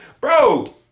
bro